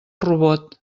robot